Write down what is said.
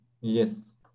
Yes